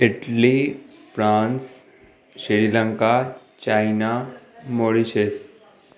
Italy France Sri Lanka China Mauritius